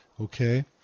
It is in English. Okay